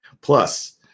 Plus